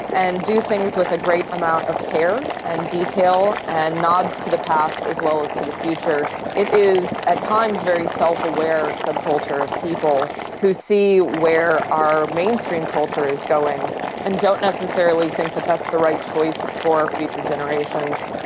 and do things with a great amount of care and detail and nods to the past as well as to the future. it is at times a very self aware subculture of people who see where our mainstream culture is going and don't necessarily think that that's the right choice for future generations.